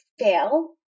fail